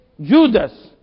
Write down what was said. Judas